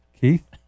keith